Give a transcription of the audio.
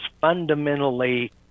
fundamentally